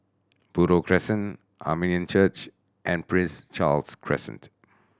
Buroh Crescent Armenian Church and Prince Charles Crescent